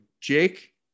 jake